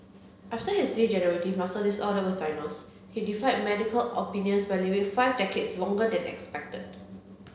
after his degenerative muscle disorder was diagnosed he defied medical opinions by living five decades longer than expected